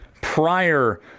prior